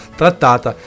trattata